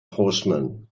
horsemen